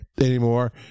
anymore